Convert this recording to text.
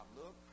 look